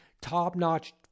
top-notch